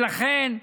ולכן,